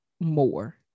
more